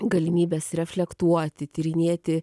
galimybės reflektuoti tyrinėti